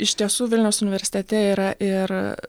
iš tiesų vilniaus universitete yra ir